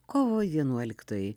kovo vienuoliktoji